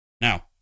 Now